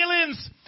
feelings